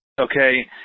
okay